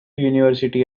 university